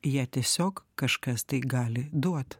ją tiesiog kažkas tai gali duot